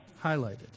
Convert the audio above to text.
highlighted